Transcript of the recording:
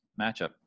matchup